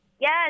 Yes